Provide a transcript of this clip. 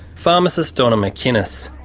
pharmacist donna mckinnis.